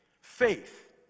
Faith